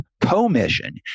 commission